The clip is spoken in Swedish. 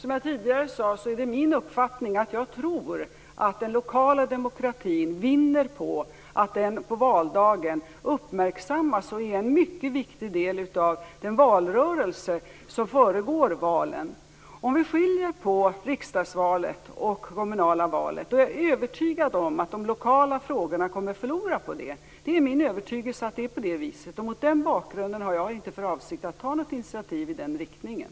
Fru talman! Som jag tidigare sade tror jag att den lokala demokratin vinner på att den uppmärksammas på valdagen och är en mycket viktig del av den valrörelse som föregår valen. Om vi skiljer på riksdagsvalet och det kommunala valet är jag övertygad om att de lokala frågorna kommer att förlora. Det är min övertygelse att det är på det viset. Mot den bakgrunden har jag inte för avsikt att ta något initiativ i den riktningen.